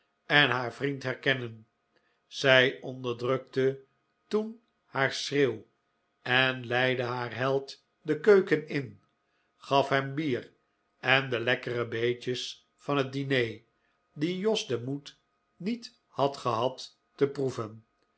en haar vriend herkennen zij onderdrukte toen haar schreeuw en leidde haar held de keuken in gaf hem bier en de lekkere beetjes van het diner die jos den moed niet had gehad te proeven